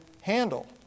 handle